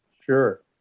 Sure